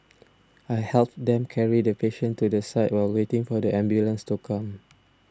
I helped them carry the patient to the side while waiting for the ambulance to come